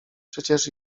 przecież